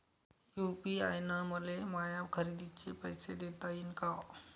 UPI न मले माया खरेदीचे पैसे देता येईन का?